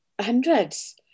hundreds